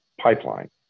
pipeline